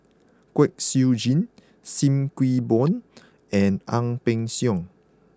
Kwek Siew Jin Sim Kee Boon and Ang Peng Siong